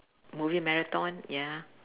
movie marathon ya